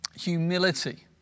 Humility